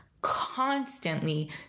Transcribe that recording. constantly